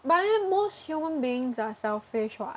but then most human beings are selfish [what]